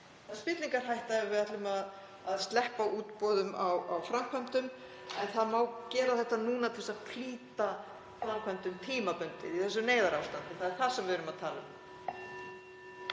spillingarhætta ef við ætlum að sleppa útboðum á framkvæmdum. En það má gera þetta núna, til þess að flýta framkvæmdum, (Forseti hringir.) tímabundið í þessu neyðarástandi og það er það sem við erum að tala um.